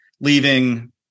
leaving